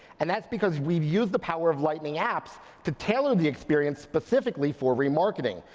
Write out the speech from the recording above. and that's because we've used the power of lightning apps to tailor the experience specifically for remarketing.